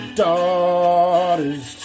daughters